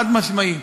חד-משמעית.